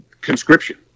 conscription